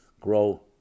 grow